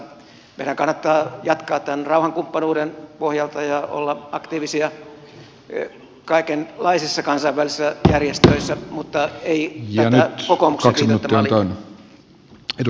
meidän kannattaa jatkaa tämän rauhankumppanuuden pohjalta ja olla aktiivisia kaikenlaisissa kansainvälisissä järjestöissä mutta ei tätä kokoomuksen viitoittamaa linjaa